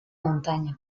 montaña